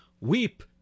Weep